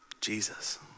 Jesus